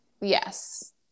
Yes